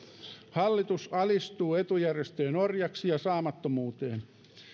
hallitus alistuu etujärjestöjen orjaksi ja saamattomuuteen